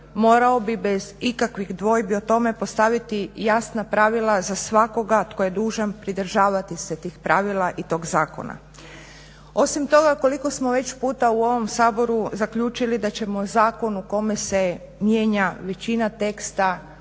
morao bi bez ikakvih dvojbi o tome postaviti jasna pravila za svakoga tko je dužan pridržavati se tih pravila i toga zakona. Osim toga koliko smo već puta u ovom Saboru zaključili da ćemo zakon u kome se mijenja većina teksta